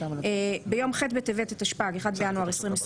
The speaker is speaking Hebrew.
-- "ביום ח' בטבת התשפ"ג, (1 בינואר 2023),